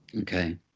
okay